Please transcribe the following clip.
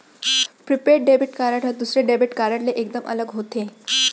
prepaid debit card ह दूसर debit card ले एकदम अलग होथे